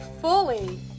fully